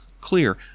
clear